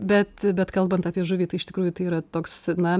bet bet kalbant apie žuvį tai iš tikrųjų tai yra toks na